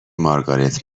مارگارت